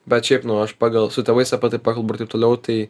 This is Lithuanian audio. bet šiaip nu aš pagal su tėvais apie tai pakalbu ir taip toliau tai